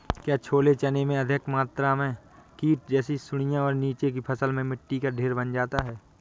क्या छोले चने में अधिक मात्रा में कीट जैसी सुड़ियां और नीचे की फसल में मिट्टी का ढेर बन जाता है?